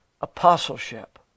apostleship